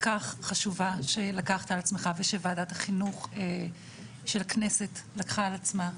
כך חשובה שלקחת על עצמך ושוועדת החינוך של הכנסת לקחה על עצמה.